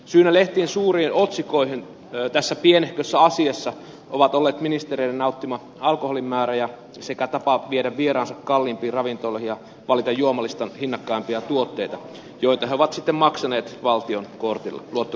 syynä lehtien suuriin otsikoihin tässä pienehkössä asiassa ovat olleet ministereiden nauttima alkoholimäärä sekä tapa viedä vieraansa kalliimpiin ravintoloihin ja valita juomalistan hinnakkaimpia tuotteita joita he ovat sitten maksaneet valtion luottokortilla